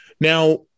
Now